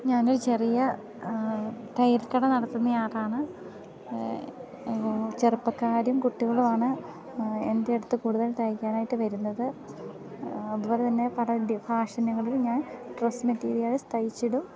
ഞാനൊരു ചെറിയ തയ്യൽക്കട നടത്തുന്നയാളാണ് ചെറുപ്പക്കാരും കുട്ടികളുവാണ് എൻറ്റട്ത്ത് കൂട്തൽ തയ്ക്കാനായിട്ട് വരുന്നത് അത്പോലെതന്നെ പല ഫാഷനുകളിൽ ഞാൻ ഡ്രസ്സ് മെറ്റീരിയൽസ് തയിച്ചിടും